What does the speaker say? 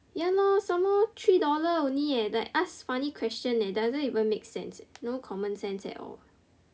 ya lor some more three dollar only eh like ask funny question eh doesn't even make sense eh no common sense at all